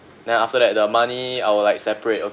then after that the money I would like separate